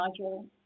module